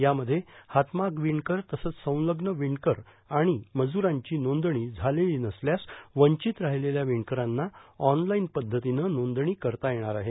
यामध्ये हातमाग र्विणकर तसेच संलग्न र्विणकर र्राण मजूरांची नोंदणी झालेलों नसल्यास वींचत राहिलेल्या विणकरांना ऑनलाईन पद्धतीने नोंदणी करता येणार आहे